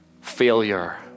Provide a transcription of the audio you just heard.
failure